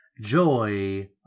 joy